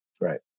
Right